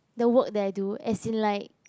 the work that I do as in like